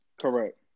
Correct